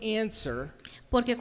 answer